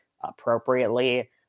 appropriately